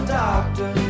doctor